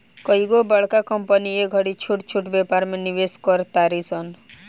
कइगो बड़का कंपनी ए घड़ी छोट छोट व्यापार में निवेश कर तारी सन